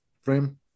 frame